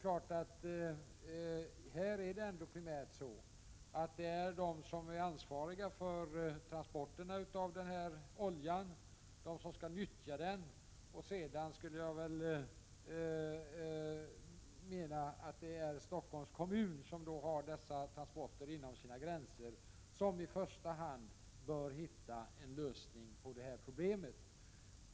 Det är ändå de som är ansvariga för transporterna av oljan, de som skall nyttja den samt Stockholms kommun, som har dessa transporter inom sina gränser, som i första hand bör hitta en lösning på detta problem.